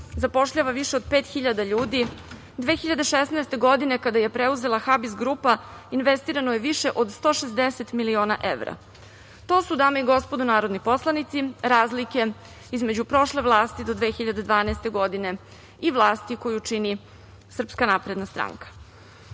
zapošljava više od pet hiljada ljudi, 2016. godine kada je preuzela HBIS grupa investirano je više od 160 miliona evra. To su, dame i gospodo, narodni poslanici, razlike između prošle vlasti do 2012. godine i vlasti koju čini SNS.Logično je da danas